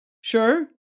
Sure